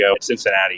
Cincinnati